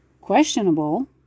questionable